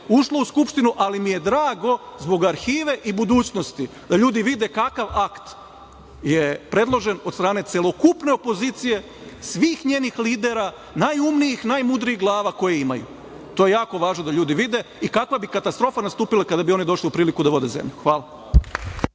ušlo u Skupštinu, ali mi je drago zbog arhive i budućnosti da ljudi vide kakav akt je predložen od strane celokupne opozicije, svih njenih lidera, najumnijih, najmudrijih glava koje imaju. To je jako važno da ljudi vide i kakva bi katastrofa nastupila kada bi oni došli u priliku da vode zemlju. Hvala.